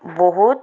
ବହୁତ